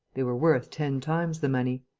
they were worth ten times the money.